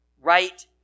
right